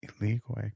Illegal